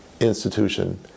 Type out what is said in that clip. institution